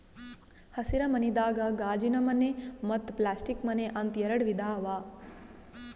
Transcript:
ಹಸಿರ ಮನಿದಾಗ ಗಾಜಿನಮನೆ ಮತ್ತ್ ಪ್ಲಾಸ್ಟಿಕ್ ಮನೆ ಅಂತ್ ಎರಡ ವಿಧಾ ಅವಾ